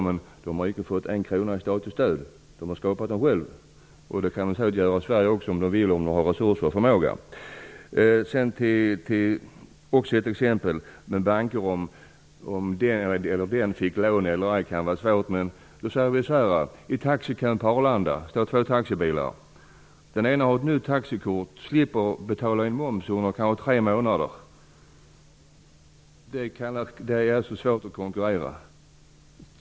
Men de har inte fått en krona i statligt stöd, utan de har skapat bankerna själva. Det går säkert att göra i Sverige också om viljan, resurserna och förmågan finns. Det togs också exempel när det gäller banker, om den ena eller den andra fick lån eller ej. Om vi tänker oss att det står två taxibilar vid taxikön på Arlanda. Den ena har ett nytt taxikort och slipper att betala in moms under tre månader. Då är det svårt att konkurrera.